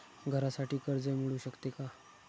घरासाठी कर्ज मिळू शकते का?